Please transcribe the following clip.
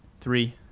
Three